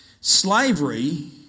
slavery